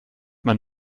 man